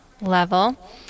level